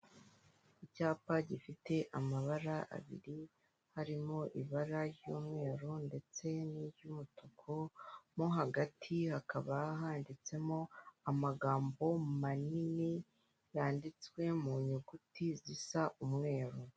Icyapa gifite amabara abiri harimo ibara ry'umweru ndetse n'iry'umutuku, mo hagati hakaba handitsemo amagambo manini yanditswe mu nyuguti zisa umweru.